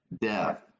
death